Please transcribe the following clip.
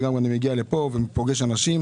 וגם אני מגיע לפה ופה פוגש אנשים